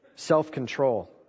self-control